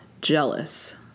jealous